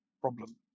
problem